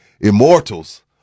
immortals